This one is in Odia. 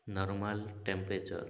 normal temperature